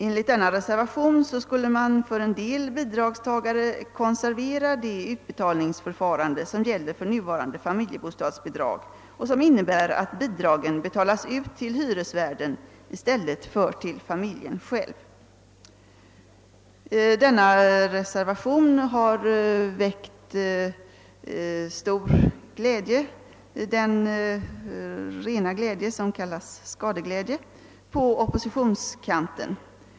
Enligt denna reservation skulle man för en del bidragstagare konservera det utbetalningsförfarande som gäller för nuvarande familjebostadsbidrag och som innebär att bidragen betalas ut till hyresvärden i stället för till familjen själv. Reservationen har väckt stor glädje — den rena glädje som kallas skadeglädje — på oppositionskanten.